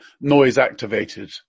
noise-activated